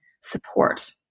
support